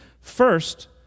First